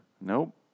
Nope